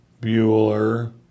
Bueller